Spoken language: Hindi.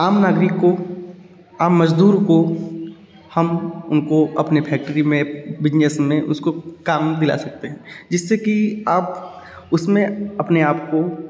आम नागरिक को आम मज़दूर को हम उनको अपने फैक्ट्री में बिजनेस में उसको काम दिला सकते हैं जिससे कि आप उस में अपने आप को